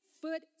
foot